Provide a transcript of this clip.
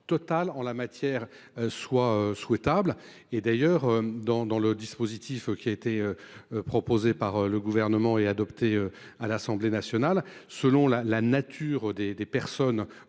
en la matière n’est pas souhaitable. D’ailleurs, dans le dispositif présenté par le Gouvernement et adopté par l’Assemblée nationale, selon la nature des personnes